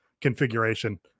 configuration